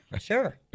Sure